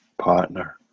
partner